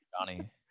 Johnny